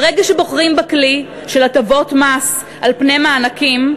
ברגע שבוחרים בכלי של הטבות מס על פני מענקים,